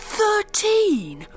thirteen